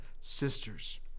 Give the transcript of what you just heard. sisters